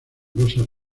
losas